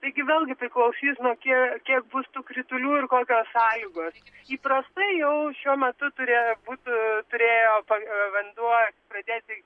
taigi vėlgi priklausys nuo kie kiek bus tų kritulių ir kokios sąlygos įprastai jau šiuo metu turėjo būt turėjo pa vanduo pradėti